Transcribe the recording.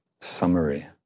summary